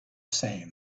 same